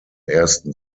ersten